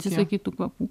atsisakyt tų kvapų